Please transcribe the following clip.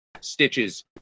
stitches